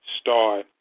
start